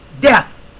Death